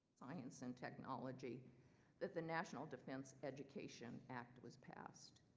science and technology that the national defense education act was passed.